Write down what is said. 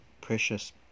Precious